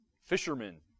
fishermen